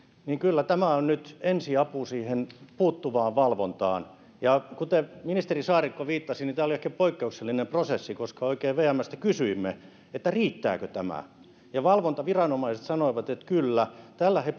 niin kyllä tämä on nyt ensiapu siihen puuttuvaan valvontaan ja kuten ministeri saarikko viittasi tämä oli ehkä poikkeuksellinen prosessi koska oikein vmstä kysyimme riittääkö tämä ja valvontaviranomaiset sanoivat että kyllä tällä he